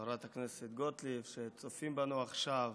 חברת הכנסת גוטליב, שצופים בנו עכשיו.